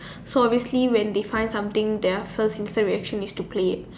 so basically when they find something their first instant reaction is to play it